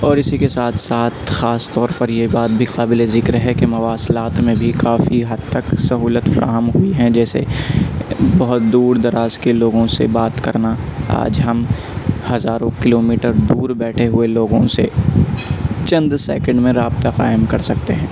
اور اسی کے ساتھ ساتھ خاص طور پر یہ بات بھی قابل ذکر ہے کہ مواصلات میں بھی کافی حد تک سہولت فراہم ہوئی ہیں جیسے بہت دور دراز کے لوگوں سے بات کرنا آج ہم ہزاروں کلو میٹر دور بیٹھے ہوئے لوگوں سے چند سیکنڈ میں رابطہ قائم کر سکتے ہیں